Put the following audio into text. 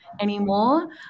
anymore